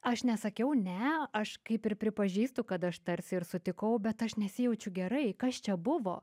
aš nesakiau ne aš kaip ir pripažįstu kad aš tarsi ir sutikau bet aš nesijaučiu gerai kas čia buvo